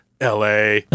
LA